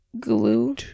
Glue